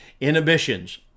inhibitions